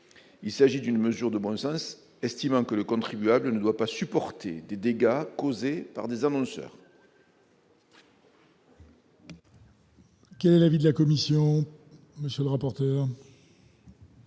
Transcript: il s'agit d'une mesure de Bruxelles, estimant que le contribuable ne doit pas supporter des dégâts causés par des annonceurs. Quel est l'avis de la Commission, monsieur le rapporteur.